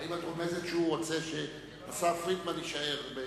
האם את רומזת שהוא רוצה שהשר פרידמן יישאר?